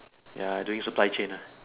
ya I doing supply chain lah